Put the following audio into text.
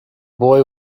boy